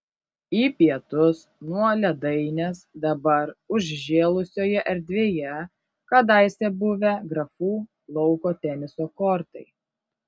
į pietus nuo ledainės dabar užžėlusioje erdvėje kadaise buvę grafų lauko teniso kortai